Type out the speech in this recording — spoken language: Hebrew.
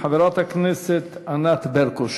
חברת הכנסת ענת ברקו.